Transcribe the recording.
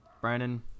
Brandon